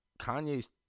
Kanye's